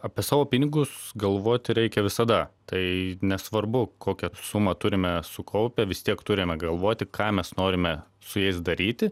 apie savo pinigus galvoti reikia visada tai nesvarbu kokią sumą turime sukaupę vis tiek turime galvoti ką mes norime su jais daryti